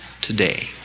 today